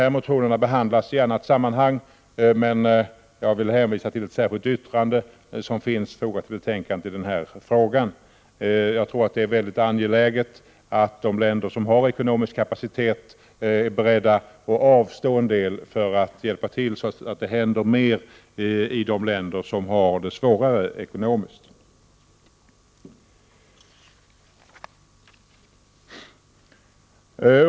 De motionerna behandlas i annat sammanhang, men jag vill hänvisa till ett särskilt yttrande som är fogat till betänkandet i den här frågan. Jag tror att det är angeläget att de länder som har ekonomisk kapacitet är beredda att avstå en del för att hjälpa till och se till att det händer mer i de länder som har det svårare ekonomiskt.